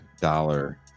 dollar